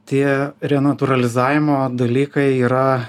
tie renatūralizavimo dalykai yra